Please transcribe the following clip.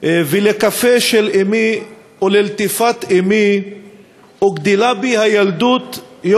ולקפה של אמי / וללטיפת אמי / וגדלה בי הילדות /